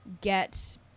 get